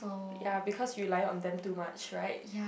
ya because you relying on them too much right